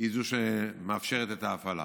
היא שמאפשרת את ההפעלה.